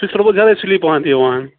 سُہ چھُ تھوڑا بہت زیادَے سُلی پہمَتھ یِوان